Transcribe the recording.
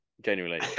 Genuinely